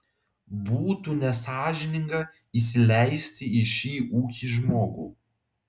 būtų nesąžininga įsileisti į šį ūkį žmogų